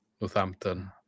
Northampton